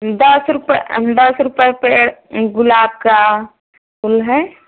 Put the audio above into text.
दस रुपये दस रुपये पेड़ गुलाब का फूल है